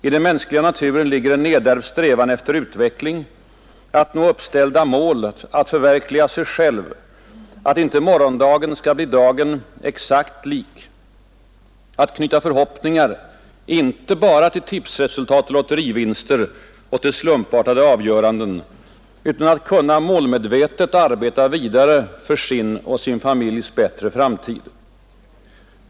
I den mänskliga naturen ligger en nedärvd strävan efter utveckling, att nå uppställda mål, att förverkliga sig själv, att inte morgondagen skall bli dagen exakt lik, att knyta förhoppningar, inte bara till tipsresultat och lotterivinster och till slumpartade avgöranden, utan att kunna målmedvetet arbeta vidare för sin och sin familjs bättre framtid.